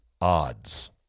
odds